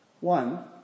One